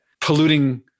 polluting